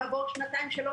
כעבור שנתיים-שלוש,